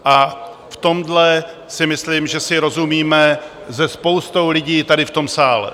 A v tomhle si myslím, že si rozumíme se spoustou lidí tady v tom sále.